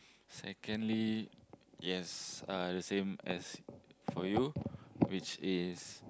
secondly yes uh the same as for you which is